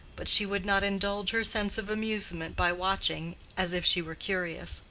but she would not indulge her sense of amusement by watching, as if she were curious,